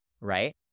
Right